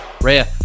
Rhea